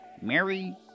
Mary